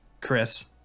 Chris